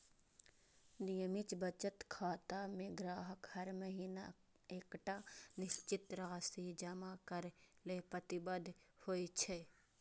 नियमित बचत खाता मे ग्राहक हर महीना एकटा निश्चित राशि जमा करै लेल प्रतिबद्ध होइ छै